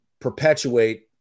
perpetuate